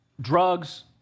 drugs